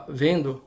vendo